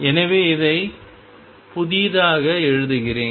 எனவே இதை புதிதாக எழுதுகிறேன்